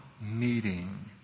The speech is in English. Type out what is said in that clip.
meeting